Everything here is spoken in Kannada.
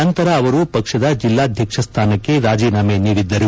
ನಂತರ ಅವರು ಪಕ್ಷದ ಜಿಲ್ಲಾಧ್ಯಕ್ಷ ಸ್ಥಾನಕ್ಕೆ ರಾಜೀನಾಮೆ ನೀಡಿದ್ದರು